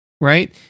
right